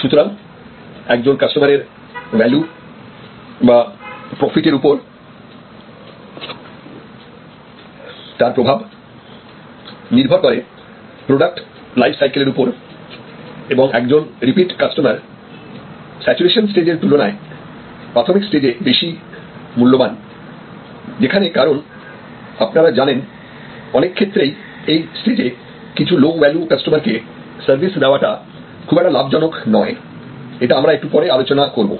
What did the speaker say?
সুতরাং একজন কাস্টমারের ভ্যালু বা প্রফিট এর উপর তার প্রভাব নির্ভর করে প্রোডাক্ট লাইফ সাইকেলের উপর এবং একজন রিপিট কাস্টমার স্যাচুরেশন স্টেজ এর তুলনায় প্রাথমিক স্টেজে বেশি মূল্যবান যেখানে কারণ আপনারা জানেন অনেক ক্ষেত্রেই এই স্টেজে কিছু লো ভ্যালু কাস্টমার কে সার্ভিস দেওয়াটা খুব একটা লাভজনক নয় এটা আমরা একটু পরে আলোচনা করব